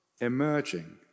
emerging